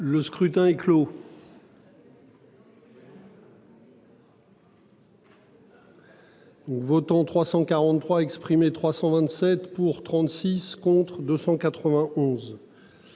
Le scrutin est clos. Votants 343 exprimés, 327 pour 36 contre 291.